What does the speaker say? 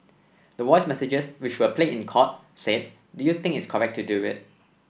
the voice messages which were played in court said do you think its correct to do it